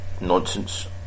nonsense